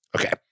Okay